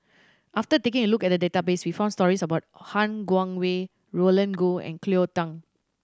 after taking a look at the database we found stories about Han Guangwei Roland Goh and Cleo Thang